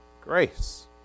Grace